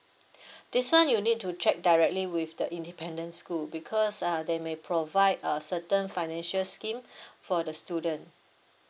this one you need to check directly with the independent school because uh they may provide uh certain financial scheme for the student